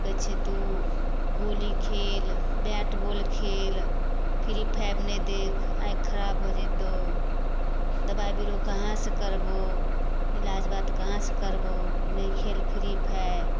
तऽ कहै छियै तू गोली खेल बैट बौल खेल फ्री फाइ नहि देख आँखि खराब भऽ जेतौ दबाइ बिरोग कहाँ से करबो इलाज बात कहाँ से करबो नहि खेल फ्री फाइ